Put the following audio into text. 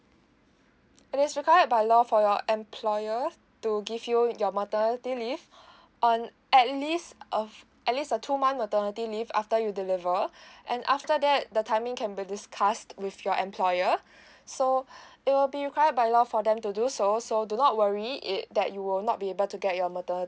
it is required by law for your employer to give you your maternity leave on at least of at least a two month maternity leave after you deliver and after that the timing can be discussed with your employer so it will be required by law for them to do so so do not worry it that you will not be able to get your maternity